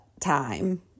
time